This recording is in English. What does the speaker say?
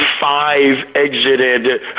five-exited